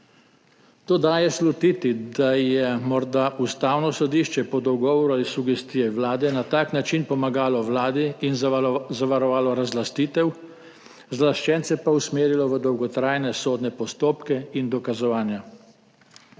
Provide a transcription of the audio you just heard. To daje slutiti, da je morda Ustavno sodišče po dogovoru ali sugestiji Vlade na tak način pomagalo Vladi in zavarovalo razlastitev, razlaščence pa usmerilo v dolgotrajne sodne postopke in dokazovanja.